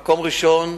במקום הראשון,